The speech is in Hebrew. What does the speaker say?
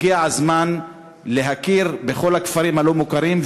הגיע הזמן להכיר בכל הכפרים הלא-מוכרים,